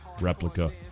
replica